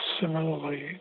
similarly